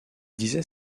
disaient